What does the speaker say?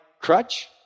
crutch